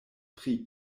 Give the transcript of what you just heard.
pri